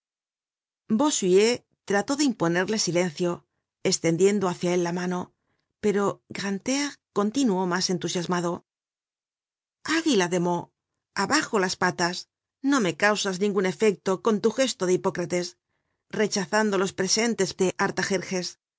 café musain bossuet trató de imponerle silencio estendiendo hácia él la mano pero grantaire continuó mas entusiasmado aguila de meaux abajo las patas no me causas ningun efecto con tu gesto de hipócrates rechazando los presentes de